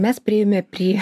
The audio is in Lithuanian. mes priėjome prie